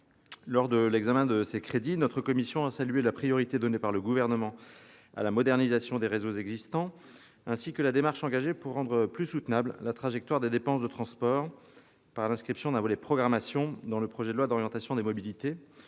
Lors de l'examen de ces crédits, notre commission a salué la priorité donnée par le Gouvernement à la modernisation des réseaux existants, ainsi que la démarche engagée pour rendre la trajectoire des dépenses de transport plus soutenable, par l'inscription d'un volet « programmation » dans le projet de loi d'orientation des mobilités,